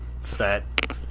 fat